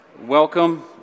Welcome